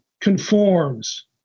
conforms